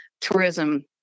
tourism